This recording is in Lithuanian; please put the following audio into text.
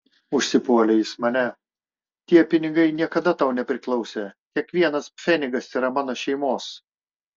užsipuolė jis mane tie pinigai niekada tau nepriklausė kiekvienas pfenigas yra mano šeimos